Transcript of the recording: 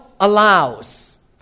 allows